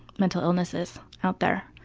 mental illnesses out there.